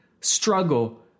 struggle